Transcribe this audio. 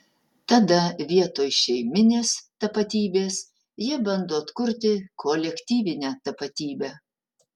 tada vietoj šeiminės tapatybės jie bando atkurti kolektyvinę tapatybę